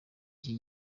iki